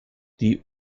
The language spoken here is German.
die